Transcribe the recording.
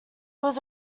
was